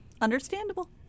Understandable